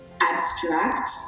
abstract